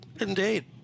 Indeed